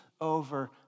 over